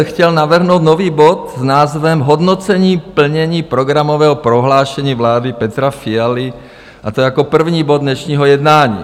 Chtěl bych navrhnout nový bod s názvem Hodnocení plnění programového prohlášení vlády Petra Fialy, a to jako první bod dnešního jednání.